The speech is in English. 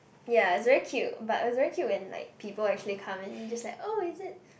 ya is very cute but was very cute when like people actually come and you just like oh is it